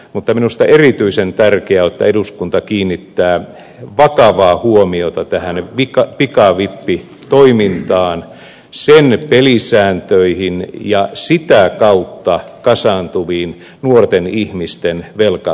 mutta minusta erityisen tärkeää on että eduskunta kiinnittää vakavaa huomiota tähän pikavippitoimintaan sen pelisääntöihin ja sitä kautta kasaantuviin nuorten ihmisten velkaongelmiin